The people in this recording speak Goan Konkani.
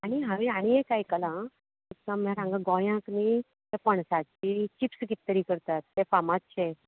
आनी हांवें आनी एक आयकलां हांगा गोंयांत न्ही ते पणसाचे चिप्स कितें तरी करतात ते फामादशे